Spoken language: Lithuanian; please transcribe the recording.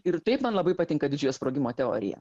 ir taip man labai patinka didžiojo sprogimo teorija